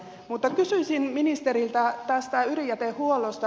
mutta kysyisin ministeriltä tästä ydinjätehuollosta